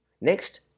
Next